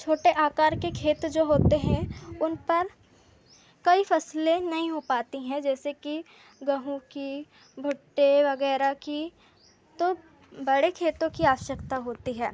छोटे आकार के खेत जो होते हैं उन पर कई फसलें नहीं हो पाती हैं जैसे कि गेहूँ की भुट्टे वग़ैरह की तो बड़े खेतों की आवश्यकता होती है